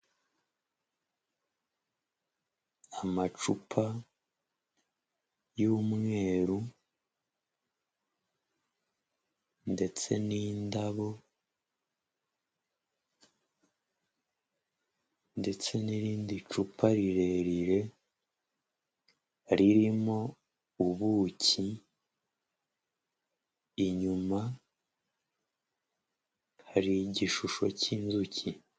Amacupa y'umweru ndetse n'indabo ndetse n'irindi cupa rirerire, ririmo ubuki, inyuma hari igishusho cy'inzuki.